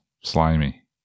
Slimy